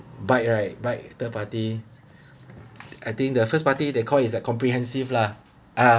bike right bike third party I think the first party they call is a comprehensive lah ah